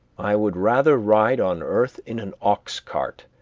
i would rather ride on earth in an ox cart,